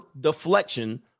deflection